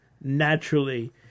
naturally